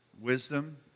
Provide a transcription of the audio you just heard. wisdom